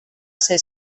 ser